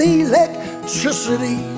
electricity